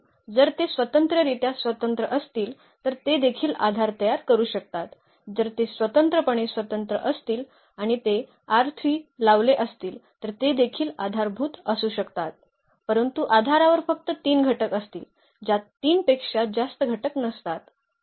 कारण जर ते स्वतंत्ररित्या स्वतंत्र असतील तर ते देखील आधार तयार करू शकतात जर ते स्वतंत्रपणे स्वतंत्र असतील आणि ते लावले असतील तर ते देखील आधारभूत असू शकतात परंतु आधारावर फक्त 3 घटक असतील ज्यात 3 पेक्षा जास्त घटक नसतात